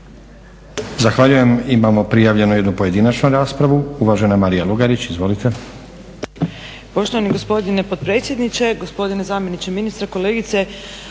Zahvaljujem. Imamo prijavljenu jednu pojedinačnu raspravu. Uvažena Marija Lugarić. Izvolite.